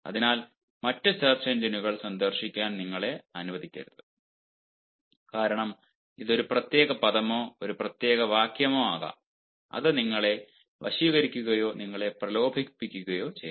അതിനാൽ മറ്റ് സെർച്ച് എഞ്ചിനുകൾ സന്ദർശിക്കാൻ നിങ്ങളെ അനുവദിക്കരുത് കാരണം ഇത് ഒരു പ്രത്യേക പദമോ ഒരു പ്രത്യേക വാക്യമോ ആകാം അത് നിങ്ങളെ വശീകരിക്കുകയോ നിങ്ങളെ പ്രലോഭിപ്പിക്കുകയോ ചെയ്യാം